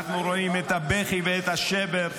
ואנחנו רואים את הבכי ואת השבר,